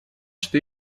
что